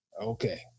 Okay